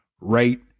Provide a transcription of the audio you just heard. right